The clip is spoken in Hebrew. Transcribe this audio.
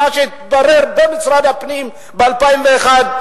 מה שהתברר במשרד הפנים ב-2001,